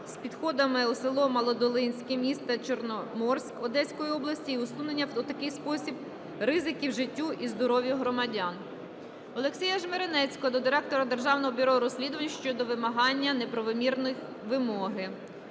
з підходами в село Малодолинське міста Чорноморськ Одеської області і усунення у такий спосіб ризиків життю і здоров'ю громадян. Олексія Жмеренецького до директора Державного бюро розслідувань щодо вимагання неправомірної вимоги.